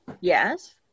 Yes